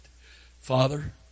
Father